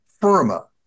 FIRMA